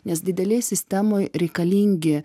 nes didelėj sistemoj reikalingi